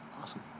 awesome